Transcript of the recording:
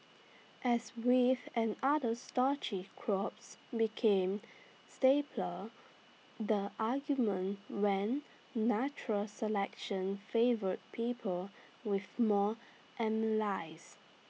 as wheat and other starchy crops became staples the argument went natural selection favoured people with more amylase